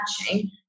matching